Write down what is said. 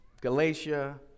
Galatia